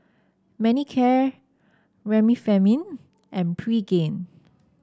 Manicare Remifemin and Pregain